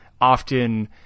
often